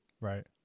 Right